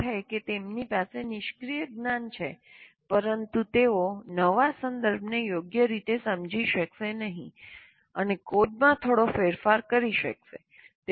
તેનો અર્થ એ કે તેમની પાસે નિષ્ક્રીય જ્ઞાન છે પરંતુ તેઓ નવા સંદર્ભને યોગ્ય રીતે સમજી શકશે નહીં અને કોડમાં થોડો ફેરફાર કરી શકશે